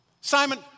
Simon